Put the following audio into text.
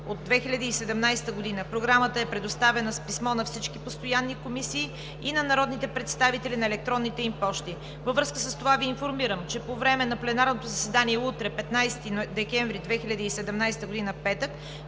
от 2017 г. Програмата е предоставена с писмо на всички постоянни комисии и на народните представители на електронните им пощи. Във връзка с това Ви информирам, че по време на пленарното заседание утре – 15 декември 2017 г., петък,